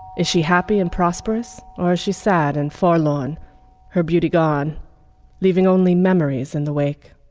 is she happy and prosperous, or is she sad and forlorn? her beauty gone leaving only memories in the wake